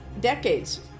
decades